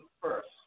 first